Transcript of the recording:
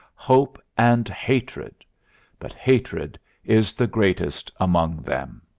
hope and hatred but hatred is the greatest among them.